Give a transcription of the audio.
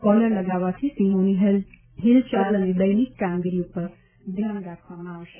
caller લગાવવાથી સિંહોની હિલચાલ દૈનિક કામગીરી ઉપર ધ્યાન રાખવામાં આવશે